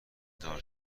دار